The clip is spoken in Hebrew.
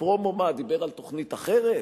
הפרומו, מה, דיבר על תוכנית אחרת?